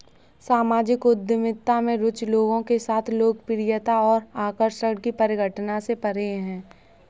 सामाजिक उद्यमिता में रुचि लोगों के साथ लोकप्रियता और आकर्षण की परिघटना से परे है